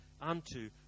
unto